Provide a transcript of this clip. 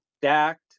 stacked